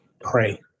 pray